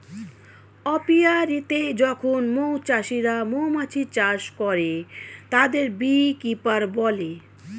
অপিয়া রীতে যখন মৌ চাষিরা মৌমাছি চাষ করে, তাদের বী কিপার বলে